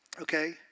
okay